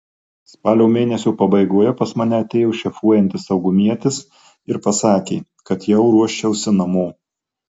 spalio mėnesio pabaigoje pas mane atėjo šefuojantis saugumietis ir pasakė kad jau ruoščiausi namo